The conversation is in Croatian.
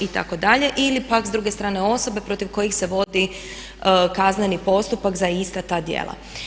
Ili pak s druge strane osobe protiv kojih se vodi kazneni postupak za ista ta djela.